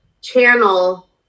channel